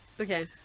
okay